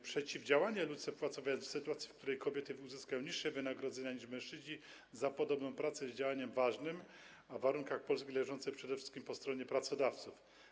Przeciwdziałanie luce płacowej w sytuacji, w której kobiety uzyskują niższe wynagrodzenia niż mężczyźni za podobną pracę, jest działaniem ważnym, a w warunkach polskich leżącym przede wszystkim po stronie pracodawców.